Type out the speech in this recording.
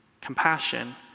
compassion